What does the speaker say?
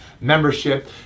membership